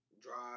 drive